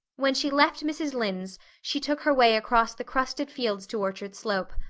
when she left mrs. lynde's she took her way across the crusted fields to orchard slope.